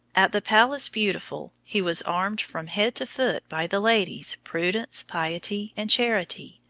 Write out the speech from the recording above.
at the palace beautiful he was armed from head to foot by the ladies prudence, piety, and charity,